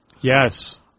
Yes